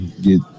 get